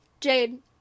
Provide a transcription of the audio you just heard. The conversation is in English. Jade